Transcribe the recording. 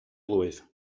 blwydd